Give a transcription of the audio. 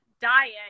diet